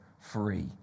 free